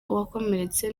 wakomeretse